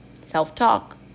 self-talk